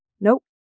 Nope